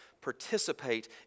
participate